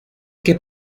que